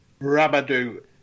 Rabadou